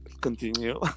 continue